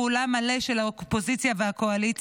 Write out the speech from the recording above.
פעולה מלא של האופוזיציה והקואליציה,